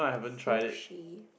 sushi